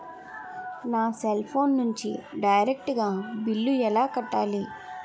నా cell phone నుంచి direct గా బిల్లు ఎలా కట్టాలి?